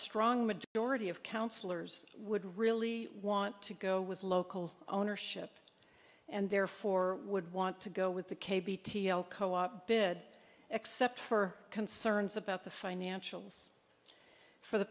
strong majority of councillors would really want to go with local ownership and therefore would want to go with the k b t l co op bid except for concerns about the financials for the